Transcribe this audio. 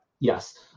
Yes